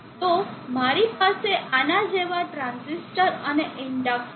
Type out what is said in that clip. તો મારી પાસે આના જેવા ટ્રાંઝિસ્ટર અને ઇન્ડક્ટર હશે